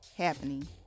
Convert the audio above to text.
Happening